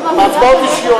בהצבעות אישיות,